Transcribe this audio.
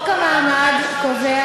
נכון להיום,